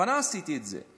בכוונה עשיתי את זה.